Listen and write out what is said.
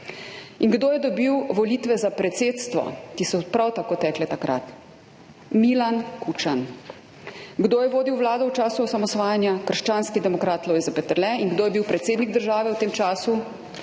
In kdo je dobil volitve za predsedstvo, ki so prav tako tekle takrat? Milan Kučan. Kdo je vodil vlado v času osamosvajanja? Krščanski demokrat Lojze Peterle. In kdo je bil predsednik države v tem času?